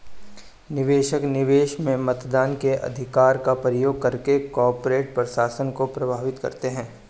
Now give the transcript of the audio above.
निवेशक, निवेश में मतदान के अधिकार का प्रयोग करके कॉर्पोरेट प्रशासन को प्रभावित करते है